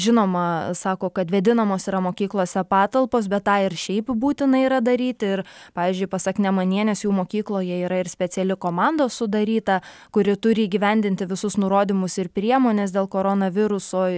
žinoma sako kad vėdinamos yra mokyklose patalpos bet tą ir šiaip būtina yra daryti ir pavyzdžiui pasak nemanienės jų mokykloje yra ir speciali komanda sudaryta kuri turi įgyvendinti visus nurodymus ir priemones dėl koronaviruso